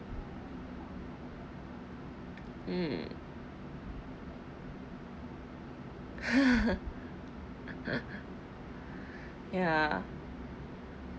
mm ya